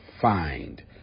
find